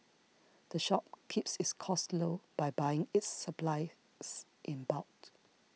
the shop keeps its costs low by buying its supplies in bulk